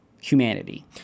humanity